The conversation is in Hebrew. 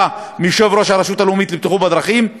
מיושב-ראש הרשות הלאומית לבטיחות בדרכים הוא